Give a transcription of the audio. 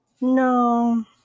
no